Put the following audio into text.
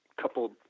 couple